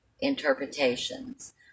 interpretations